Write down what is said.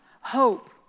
hope